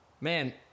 Man